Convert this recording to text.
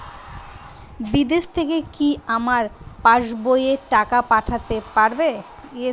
বিদেশ থেকে কি আমার পাশবইয়ে টাকা পাঠাতে পারবে?